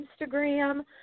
Instagram